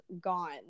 gone